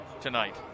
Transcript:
tonight